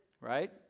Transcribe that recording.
right